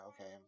okay